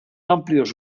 amplios